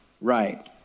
right